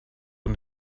und